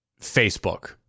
Facebook